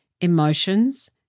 emotions